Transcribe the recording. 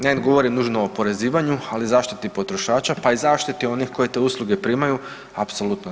Ne govorim nužno o oporezivanju, ali i zaštiti potrošača, pa i zaštiti i onih koji te usluge primaju, apsolutno da.